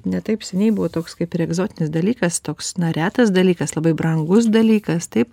ne taip seniai buvo toks kaip ir egzotinis dalykas toks na retas dalykas labai brangus dalykas taip